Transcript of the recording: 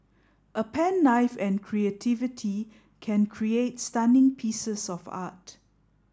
a pen knife and creativity can create stunning pieces of art